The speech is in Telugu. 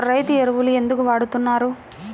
రైతు ఎరువులు ఎందుకు వాడుతున్నారు?